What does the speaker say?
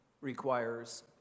requires